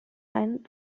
ein